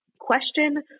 question